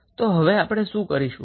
તો હવે આપણે શું કરીશું